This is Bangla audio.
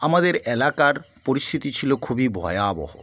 আমাদের এলাকার পরিস্থিতি ছিলো খুবই ভয়াবহ